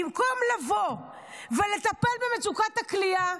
במקום לבוא ולטפל במצוקת הכליאה,